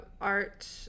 art